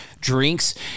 drinks